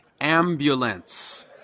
ambulance